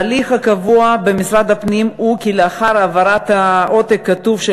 ההליך הקבוע במשרד הפנים הוא כי לאחר העברת עותק כתוב של